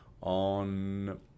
on